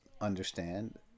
understand